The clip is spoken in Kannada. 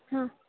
ಹಾಂ